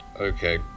Okay